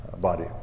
body